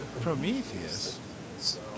Prometheus